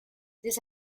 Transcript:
this